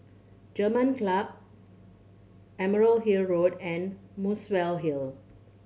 German Club Emerald Hill Road and Muswell Hill